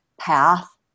path